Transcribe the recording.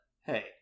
hey